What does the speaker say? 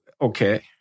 Okay